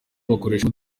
bakoresha